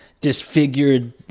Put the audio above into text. disfigured